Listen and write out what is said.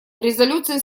резолюции